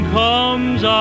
comes